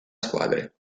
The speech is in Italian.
squadre